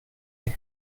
est